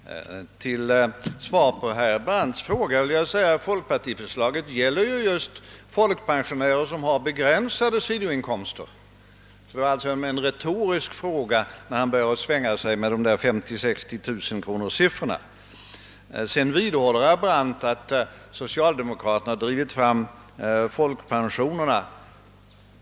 Herr talman! Till svar på herr Brandts fråga vill jag säga att folkpartiförslaget gäller just fokpensionärer som har begränsade sidoinkomster. Det var alltså en retorisk fråga när han började tala om inkomster på 40 000—50 000 kronor. Herr Brandt vidhåller att socialdemokraterna drivit fram bättre: folkpensio ner.